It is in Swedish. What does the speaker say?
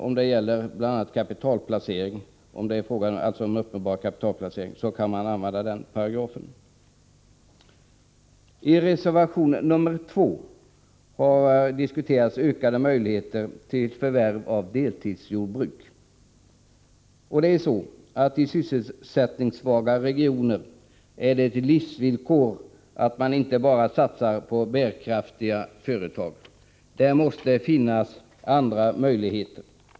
Om ” det uppenbart är fråga om kapitalplacering kan man använda den nämnda paragrafen. I reservation 2 diskuteras ökade möjligheter till förvärv av deltidsjordbruk. I sysselsättningssvaga regioner är det ett livsvillkor att man inte bara satsar på bärkraftiga företag. Där måste finnas andra möjligheter.